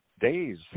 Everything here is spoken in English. days